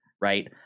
Right